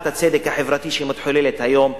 הצדק החברתי שמתחוללת היום בישראל.